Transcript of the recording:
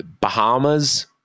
Bahamas